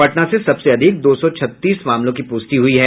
पटना से सबसे अधिक दो सौ छत्तीस मामलों की पुष्टि हुई है